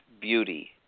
beauty